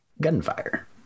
gunfire